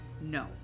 No